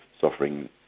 suffering